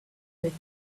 with